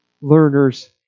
learners